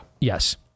Yes